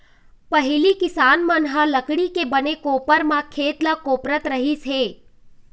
पहिली किसान मन ह लकड़ी के बने कोपर म खेत ल कोपरत रहिस हे